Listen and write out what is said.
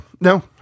No